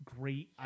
great